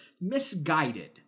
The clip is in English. misguided